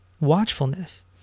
Watchfulness